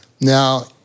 Now